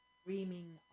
screaming